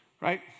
Right